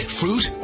fruit